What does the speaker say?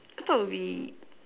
I thought would be